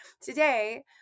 Today